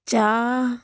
ਚਾਹ